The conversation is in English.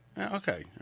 Okay